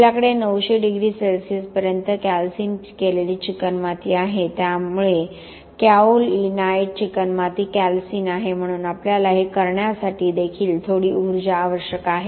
आपल्याकडे 900 degree Celsius पर्यंत calcine केलेली चिकणमाती आहे त्यामुळे कॅओलिनाइट चिकणमाती कॅल्सीन आहे म्हणून आपल्याला हे करण्यासाठी देखील थोडी उर्जा आवश्यक आहे